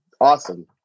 awesome